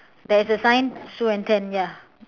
there's a sign sue and ted ya